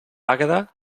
àgueda